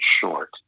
Short